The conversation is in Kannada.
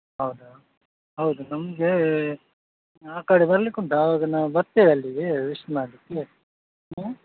ಹೌದಾ ಹೌದು ನಮಗೆ ಆ ಕಡೆ ಬರ್ಲಿಕ್ಕೆ ಉಂಟ್ ಆವಾಗ ನಾವು ಬರ್ತೇವೆ ಅಲ್ಲಿಗೆ ವಿಶ್ ಮಾಡಲಿಕ್ಕೆ ಹ್ಞೂ